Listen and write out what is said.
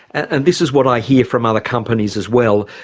and this is what i hear from other companies as well,